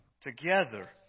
Together